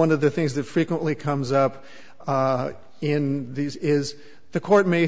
one of the things that frequently comes up in these is the court may